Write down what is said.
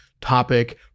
topic